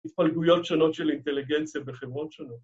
‫התפלגויות שונות של אינטליגנציה ‫בחברות שונות.